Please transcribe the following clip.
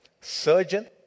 surgeon